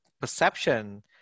perception